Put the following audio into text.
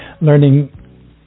Learning